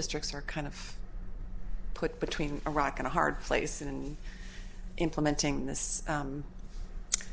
districts are kind of put between a rock and a hard place and implementing this